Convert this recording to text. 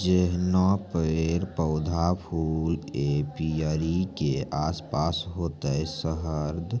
जैहनो पेड़, पौधा, फूल एपीयरी के आसपास होतै शहद